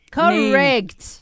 correct